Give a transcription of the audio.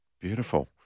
Beautiful